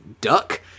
duck